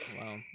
Wow